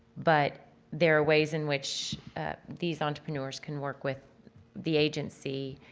but there are ways in which these entrepreneurs can work with the agency.